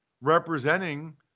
representing